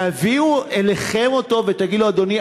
תביאו אותו אליכם ותגיד לו: אדוני,